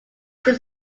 they